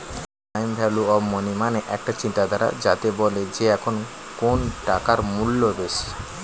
time value of money মানে একটা চিন্তাধারা যাতে বলে যে এখন কোন টাকার মূল্য বেশি